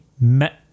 met